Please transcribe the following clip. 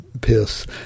piss